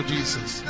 Jesus